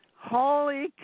Holy